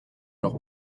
leur